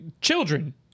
children